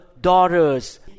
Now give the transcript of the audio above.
daughters